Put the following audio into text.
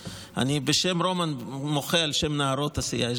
בשם רומן אני מוחה על השם נערות הסיעה.